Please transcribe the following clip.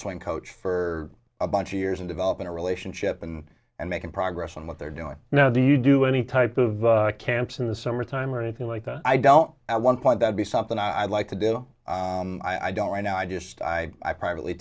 swing coach for a bunch of years and developing a relationship and and making progress on what they're doing now do you do any type of camps in the summertime or anything like that i don't i one point that be something i like to do i don't right now i just i i privately